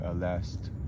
last